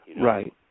Right